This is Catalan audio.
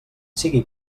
sigui